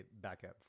backup